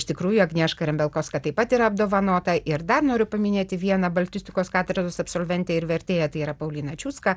iš tikrųjų agnieška rembialkovska taip pat yra apdovanota ir dar noriu paminėti vieną baltistikos katedros absolventę ir vertėją tai yra paulina čiutska